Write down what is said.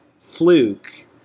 fluke